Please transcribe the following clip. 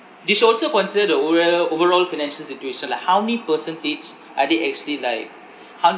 they should also consider the overall overall financial situation like how many percentage are they actually like how